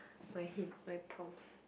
my hint my prompts